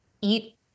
Eat